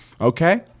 Okay